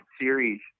series